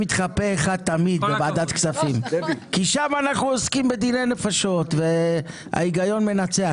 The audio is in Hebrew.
איתך פה אחד כי שם אנחנו עוסקים בדיני נפשות וההיגיון מנצח.